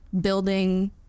building